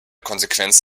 konsequenz